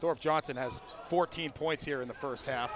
johnson has fourteen points here in the first half